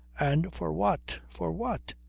and for what for what?